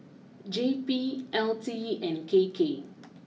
J P L T E and K K